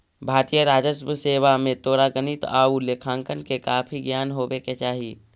भारतीय राजस्व सेवा में तोरा गणित आउ लेखांकन के काफी ज्ञान होवे के चाहि